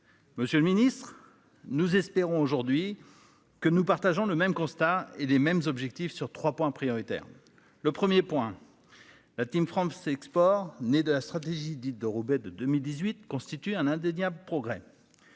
Monsieur le Ministre, nous espérons aujourd'hui que nous partageons le même constat et les mêmes objectifs sur trois points prioritaires le 1er point. La Team France Export né de la stratégie dite de Roubaix de 2018 constitue un indéniable progrès.